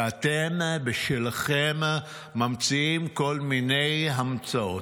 ואתם בשלכם ממציאים כל מיני המצאות.